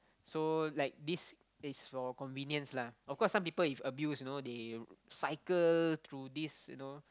so like this is for convenience lah of course some people if abuse you know they cycle through this you know